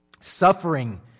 Suffering